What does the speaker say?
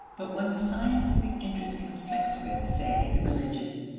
but when the scientific interest conflicts with, say, the religious,